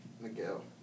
Miguel